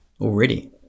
already